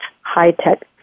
high-tech